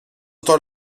temps